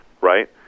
Right